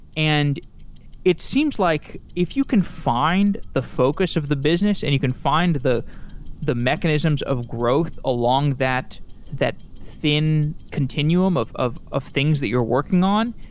and it seems like if you can find the focus of the business and you can find the the mechanisms of growth along that that thin continuum of of things that you're working on,